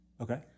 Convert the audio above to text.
Okay